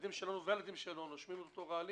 הילדים שלהם ושלנו נושמים אותם רעלים.